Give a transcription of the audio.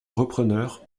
repreneur